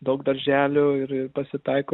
daug darželių ir pasitaiko